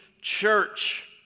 church